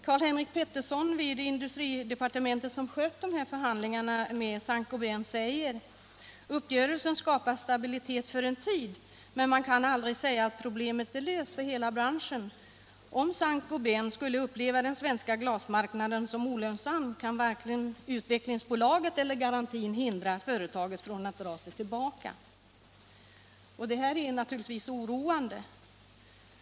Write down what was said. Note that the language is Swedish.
Karl-Henrik Pettersson vid industridepartementet, som skött förhandlingarna med Saint Gobain, säger: ”Uppgörelsen skapar stabilitet för en tid, men man kan aldrig säga att problemet är löst för hela branschen. Om Saint Gobain skulle uppleva den svenska glasmarknaden som olönsam kan varken utvecklingsbolaget eller garantin hindra företaget från att ”dra sig tillbaka".” Detta är naturligtvis oroande.